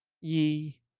ye